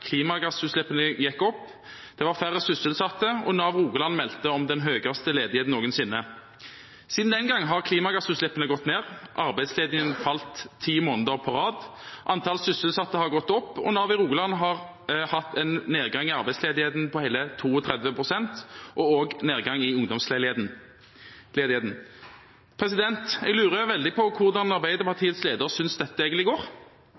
klimagassutslippene gikk opp, det var færre sysselsatte, og Nav i Rogaland meldte om den høyeste ledigheten noensinne. Siden den gang har klimagassutslippene gått ned, arbeidsledigheten har falt ti måneder på rad, antall sysselsatte har gått opp, og Nav i Rogaland har hatt en nedgang i arbeidsledigheten på hele 32 pst. og også nedgang i ungdomsledigheten. Jeg lurer veldig på hvordan Arbeiderpartiets leder synes dette egentlig går.